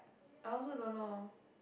I also don't know